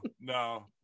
no